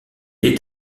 est